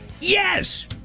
yes